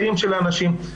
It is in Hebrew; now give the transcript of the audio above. של האנשים.